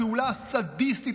הפעולה הסדיסטית,